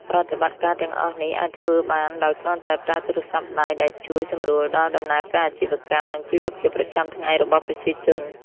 ប្រតិបត្តិការទាំងអស់នេះ អាចធ្វើបានដោយគ្រាន់តែប្រើទូរស័ព្ទដៃ ដែលជួយ សម្រួលដល់ដំណើរការអាជីវកម្ម និងជីវភាពប្រចាំថ្ងៃរបស់ប្រជាជន។